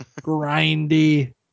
grindy